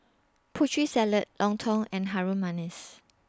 Putri Salad Lontong and Harum Manis